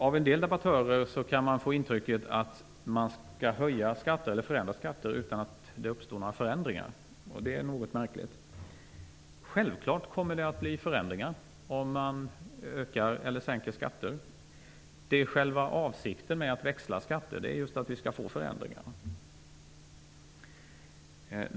Av en del debattörer kan man få intrycket att det går att höja eller sänka skatter utan att det uppstår några förändringar. Det är något märkligt. Självfallet blir det förändringar om man höjer eller sänker skatter. Själva avsikten med att växla skatter är just att det skall bli förändringar.